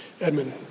Edmund